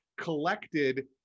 collected